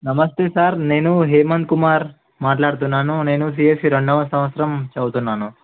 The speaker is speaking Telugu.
నమస్తే సార్ నేను హేమంత్ కుమార్ మాట్లాడుతున్నాను నేను సీ ఎస్ సీ రెండవ సంవత్సరం చదువుతున్నాను